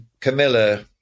Camilla